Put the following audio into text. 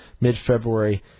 Mid-February